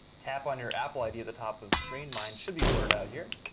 tap on your apple id at the top of the screen. mine should be blurred out here.